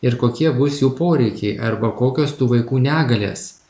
ir kokie bus jų poreikiai arba kokios tų vaikų negalės